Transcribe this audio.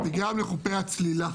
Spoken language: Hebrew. וגם לחופי הצלילה.